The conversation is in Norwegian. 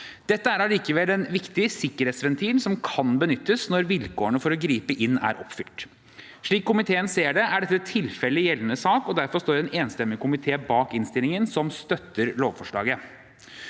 Dette er allikevel en viktig sikkerhetsventil som kan benyttes når vilkårene for å gripe inn er oppfylt. Slik komiteen ser det, er dette tilfellet i gjeldende sak, og derfor står en enstemmig komité bak innstillingen som støtter lovforslaget.